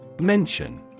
Mention